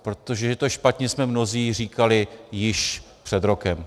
Protože to, že je to špatně, jsme mnozí říkali již před rokem.